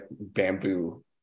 bamboo